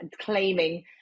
claiming